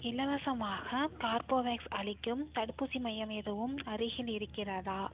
இலவசமாக கார்போவேக்ஸ் அளிக்கும் தடுப்பூசி மையம் எதுவும் அருகில் இருக்கிறதா